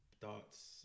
thoughts